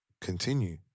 continue